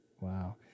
wow